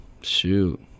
Shoot